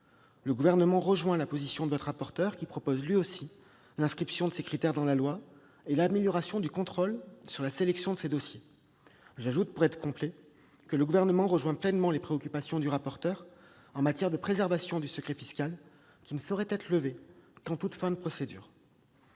rejoignons ainsi la position de votre rapporteur, qui propose lui aussi l'inscription de ces critères dans la loi et l'amélioration du contrôle sur la sélection de ces dossiers. J'ajoute, pour être complet, que le Gouvernement partage aussi pleinement les préoccupations du rapporteur en matière de préservation du secret fiscal. Ce dernier ne saurait être levé qu'en toute fin de procédure.